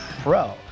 pro